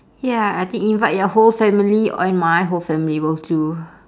ya I think invite your whole family and my whole family will do